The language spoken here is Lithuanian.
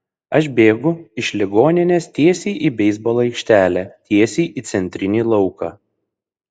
aš bėgu iš ligoninės tiesiai į beisbolo aikštelę tiesiai į centrinį lauką